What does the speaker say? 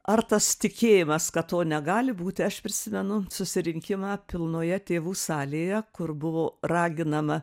ar tas tikėjimas kad to negali būti aš prisimenu susirinkimą pilnoje tėvų salėje kur buvo raginama